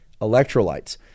electrolytes